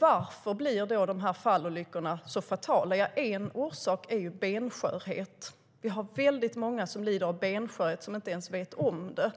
Varför blir då fallolyckorna så fatala? En orsak är benskörhet. Vi har väldigt många som lider av benskörhet men inte ens vet om det.